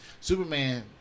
Superman